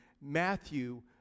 Matthew